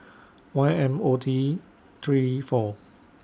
Y M O T three four